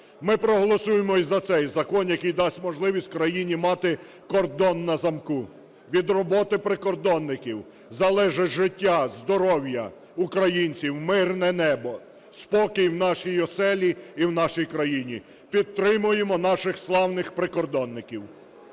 Ми проголосуємо і за цей закон, який дасть можливість країні мати кордон на замку. Від роботи прикордонників залежить життя, здоров'я українців, мирне небо, спокій в нашій оселі і в нашій країні. Підтримуємо наших славних прикордонників!